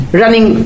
running